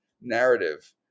narrative